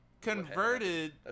converted